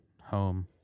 home